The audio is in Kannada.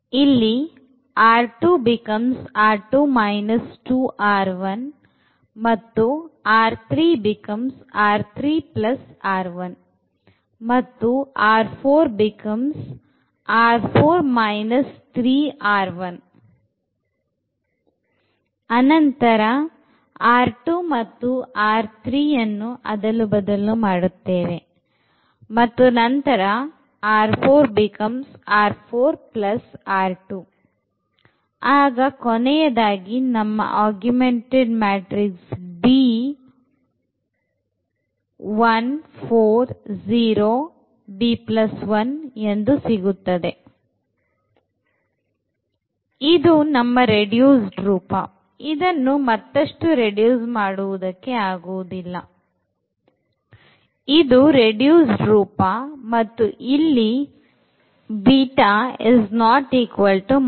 ಇದು ನಮ್ಮreduced ರೂಪ ಇದನ್ನು ಮತ್ತಷ್ಟು ರೆಡ್ಯೂಸ್ ಮಾಡುವುದಕ್ಕೆ ಆಗುವುದಿಲ್ಲ ಇದು reduced ರೂಪ ಮತ್ತು ಇಲ್ಲಿ β≠ 1